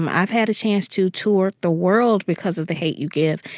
um i've had a chance to tour the world because of the hate u give,